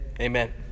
Amen